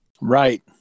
Right